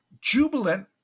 Jubilant